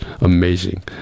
amazing